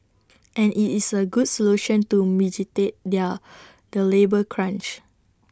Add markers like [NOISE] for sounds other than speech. and IT is A good solution to [UNINTELLIGIBLE] their the labour crunch